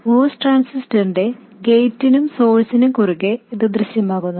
MOS ട്രാൻസിസ്റ്ററിന്റെ ഗേറ്റിനും സോഴ്സിനും കുറുകേ ഇത് ഉണ്ട്